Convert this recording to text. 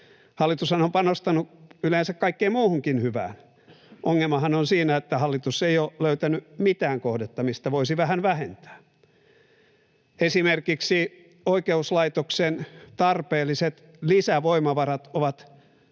Hallitushan on panostanut yleensä kaikkeen muuhunkin hyvään. Ongelmahan on siinä, että hallitus ei ole löytänyt mitään kohdetta, mistä voisi vähän vähentää. Esimerkiksi oikeuslaitoksen tarpeelliset lisävoimavarat ovat hyttysen